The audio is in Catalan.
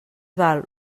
val